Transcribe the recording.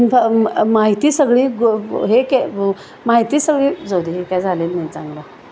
इ्फ माहिती सगळी ग हे के माहिती सगळी जाऊ दे हे काय झालेलं नाही चांगलं